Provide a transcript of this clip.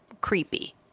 creepy